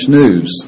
news